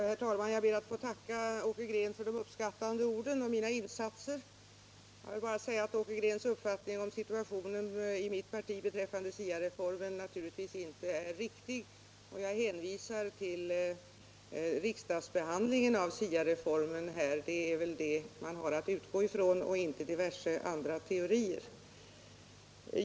Herr talman! Jag ber att få tacka Åke Green för de uppskattande orden om mina insatser, men jag vill säga att Åke Greens uppfattning om 91 situationen i mitt parti när det gäller SIA-reformen naturligtvis inte är riktig. Jag hänvisar till riksdagsbehandlingen av SIA-reformen, ty det är väl den som man har att utgå ifrån och inte från diverse andra teorier.